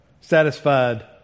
satisfied